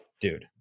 dude